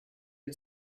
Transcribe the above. had